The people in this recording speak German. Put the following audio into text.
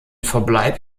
verbleib